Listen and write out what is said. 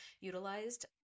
utilized